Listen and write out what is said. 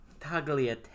tagliatelle